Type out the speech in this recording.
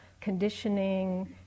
conditioning